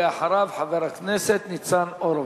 אחריו, חבר הכנסת ניצן הורוביץ.